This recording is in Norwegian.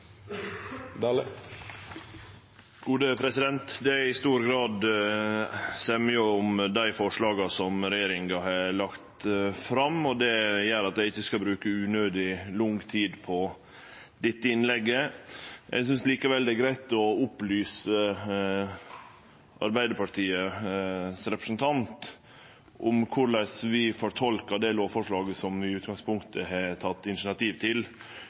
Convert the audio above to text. Det er i stor grad semje om dei forslaga som regjeringa har lagt fram. Det gjer at eg ikkje skal bruke unødig lang tid på dette innlegget. Eg synest likevel det er greitt å opplyse representanten frå Arbeidarpartiet om korleis vi tolkar det lovforslaget vi i utgangspunktet har tatt initiativ til,